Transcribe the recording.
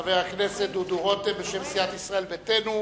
חבר הכנסת דודו רותם, בשם סיעת ישראל ביתנו.